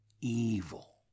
evil